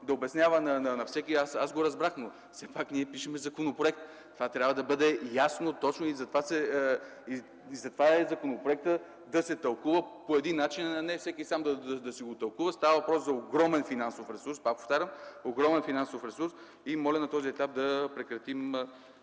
да обяснява на всеки. Аз го разбрах, но все пак ние пишем законопроект. Това трябва да бъде ясно, точно и законопроектът да се тълкува по един начин, а не всеки сам да си го тълкува. Пак повтарям, става въпрос за огромен финансов ресурс и моля на този етап да прекратим